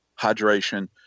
hydration